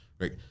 Right